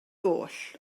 goll